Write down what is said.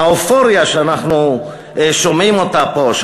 האופוריה שאנחנו שומעים אותה פה.